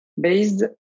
based